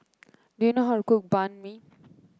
do you know how to cook Banh Mi